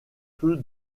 peu